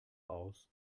aus